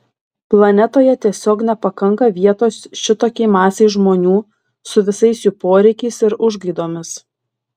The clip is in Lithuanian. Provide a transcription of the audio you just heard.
planetoje tiesiog nepakanka vietos šitokiai masei žmonių su visais jų poreikiais ir užgaidomis